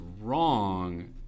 wrong